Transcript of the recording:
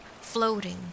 floating